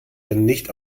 nicht